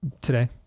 today